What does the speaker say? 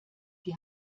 die